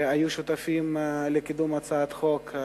שהיו שותפים לקידום הצעת החוק.